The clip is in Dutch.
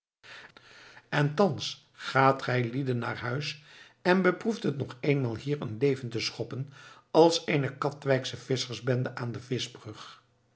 en thans gaat gijlieden naar huis en beproeft het nog eenmaal hier een leven te schoppen als eene katwijksche visschersbende aan de